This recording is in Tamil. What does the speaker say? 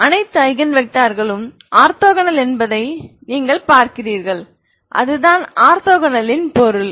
அனைத்து ஐகன் வெக்டார்களும் ஆர்த்தோகோனல் என்பதை நீங்கள் பார்க்கிறீர்கள் அதுதான் ஆர்த்தோகோனலின் பொருள்